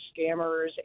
scammers